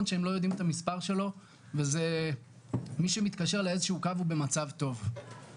שהם לא יודעים את המספר שלו וזה מי שמתקשר לאיזשהו קו הוא במצב טוב.